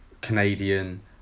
Canadian